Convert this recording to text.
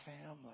family